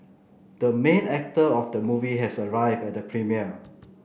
the main actor of the movie has arrived at the premiere